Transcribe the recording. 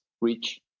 reach